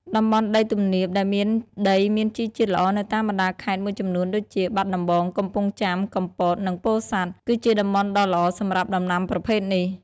តំបន់ដីទំនាបដែលមានដីមានជីជាតិល្អនៅតាមបណ្ដាខេត្តមួយចំនួនដូចជា បាត់ដំបង កំពង់ចាម កំពត និងពោធិ៍សាត់ គឺជាតំបន់ដ៏ល្អសម្រាប់ដំណាំប្រភេទនេះ។